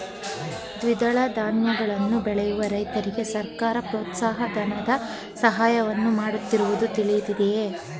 ದ್ವಿದಳ ಧಾನ್ಯಗಳನ್ನು ಬೆಳೆಯುವ ರೈತರಿಗೆ ಸರ್ಕಾರ ಪ್ರೋತ್ಸಾಹ ಧನದ ಸಹಾಯವನ್ನು ಮಾಡುತ್ತಿರುವುದು ತಿಳಿದಿದೆಯೇ?